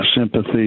sympathy